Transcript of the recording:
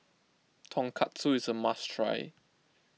Tonkatsu is a must try